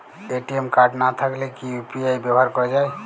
ATM card না থাকলে কি ইউ.পি.আই ব্যবহার করা য়ায়?